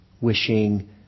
wishing